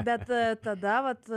bet tada vat